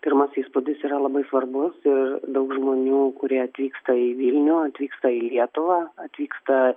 pirmas įspūdis yra labai svarbus ir daug žmonių kurie atvyksta į vilnių atvyksta į lietuvą atvyksta